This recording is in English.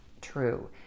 true